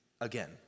again